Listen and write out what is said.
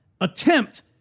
attempt